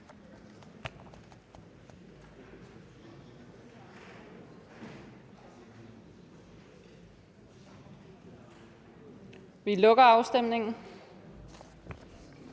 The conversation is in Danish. Vi lukker afstemningen.